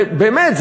ובאמת,